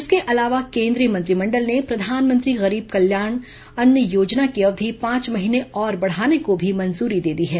इसके अलावा केन्द्रीय मंत्रिमंडल ने प्रधानमंत्री गरीब कल्याण अन्न योजना की अवधि पांच महीने और बढ़ाने को भी मंजूरी दे दी है